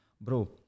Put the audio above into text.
Bro